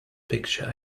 picture